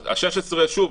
שוב,